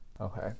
okay